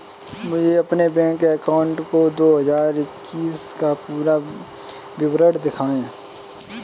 मुझे अपने bank account का दो हज़ार इक्कीस का पूरा विवरण दिखाएँ?